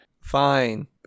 Fine